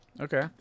Okay